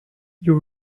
you